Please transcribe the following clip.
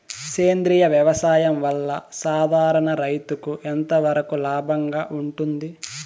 సేంద్రియ వ్యవసాయం వల్ల, సాధారణ రైతుకు ఎంతవరకు లాభంగా ఉంటుంది?